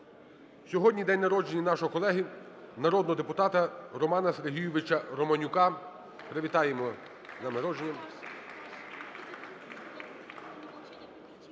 Сьогодні день народження нашого колеги народного депутата Романа Сергійовича Романюка. Привітаємо з днем народження.